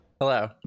Hello